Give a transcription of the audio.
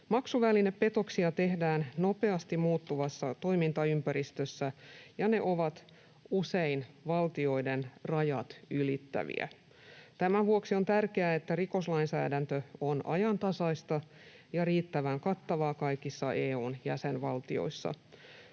Maksuvälinepetoksia tehdään nopeasti muuttuvassa toimintaympäristössä, ja ne ovat usein valtioiden rajat ylittäviä. Tämän vuoksi on tärkeää, että rikoslainsäädäntö on ajantasaista ja riittävän kattavaa kaikissa EU:n jäsenvaltioissa.